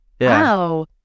Wow